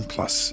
Plus